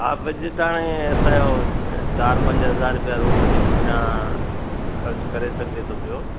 हा बजट हाणे असांजो चार पंज हज़ार रुम जे पुठियां ख़र्चु करे सघिजे थो पियो